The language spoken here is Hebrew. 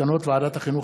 מסקנות ועדת החינוך,